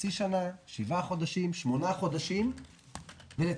חצי שנה, שבעה חודשים, שמונה חודשים ולתפקד.